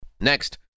Next